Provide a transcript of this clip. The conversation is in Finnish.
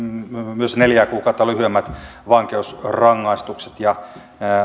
myös neljää kuukautta lyhyemmät vankeusrangaistukset ja